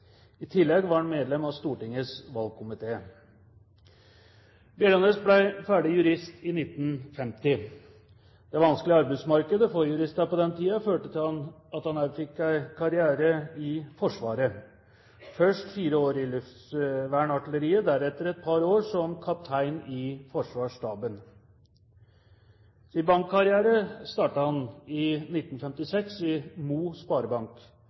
I tillegg var han medlem av Stortingets valgkomité. Bjellaanes ble ferdig jurist i 1950. Det vanskelige arbeidsmarkedet for jurister på den tiden førte til at han også fikk en karriere i Forsvaret, først fire år i Luftvernartilleriet, deretter et par år som kaptein i Forsvarsstaben. Sin bankkarriere startet han i 1956 i Mo Sparebank,